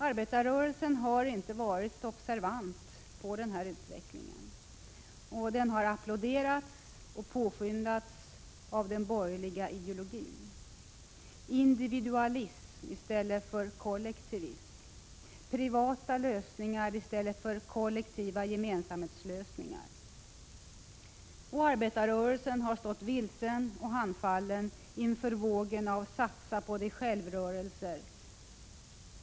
Arbetarrörelsen har inte varit observant på denna utveckling, som har applåderats och påskyndats av den borgerliga ideologin: individualism i stället för kollektivism, privata lösningar i stället för kollektiva gemensamhetslösningar. Arbetarrörelsen har stått vilsen och handfallen inför vågen av satsa-på-dig-själv-rörelser.